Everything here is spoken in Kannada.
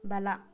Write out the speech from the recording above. ಬಲ